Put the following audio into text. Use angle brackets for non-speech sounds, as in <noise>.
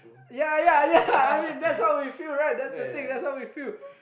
yea yea yea <laughs> I mean that's what we feel that's the thing that's what we feel